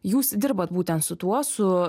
jūs dirbat būtent su tuo su